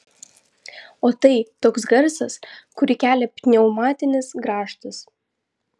o tai toks garsas kurį kelia pneumatinis grąžtas